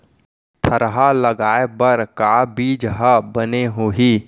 थरहा लगाए बर का बीज हा बने होही?